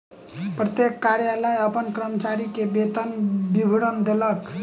प्रत्येक कार्यालय अपन कर्मचारी के वेतन विवरण देलक